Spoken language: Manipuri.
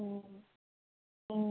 ꯎꯝ ꯎꯝ